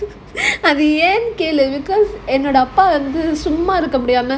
because தனியா இருக்கேன் என்னோட அப்பா வந்து சும்மா இருக்க முடியாம:thanyia irukkaen ennoda appa vandhu summaa irukka mudiyaama